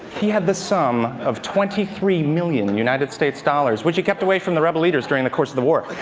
he had the sum of twenty three million united states dollars, which he kept away from the rebel leaders during the course of the war.